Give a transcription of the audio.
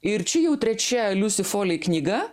ir čia jau trečia liusi folei knyga